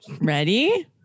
Ready